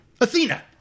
Athena